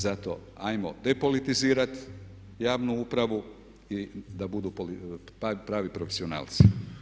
Zato ajmo depolitizirati javnu upravu i da budu pravi profesionalci.